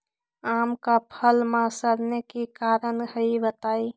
आम क फल म सरने कि कारण हई बताई?